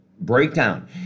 breakdown